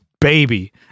baby